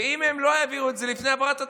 ואם הם לא יביאו את זה לפני העברת התקציב,